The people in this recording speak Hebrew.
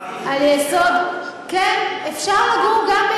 על יסוד הבנת צורכיהם הייחודיים,